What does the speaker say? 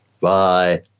Bye